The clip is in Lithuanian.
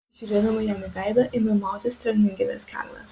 žiūrėdama jam į veidą ėmiau mautis treningines kelnes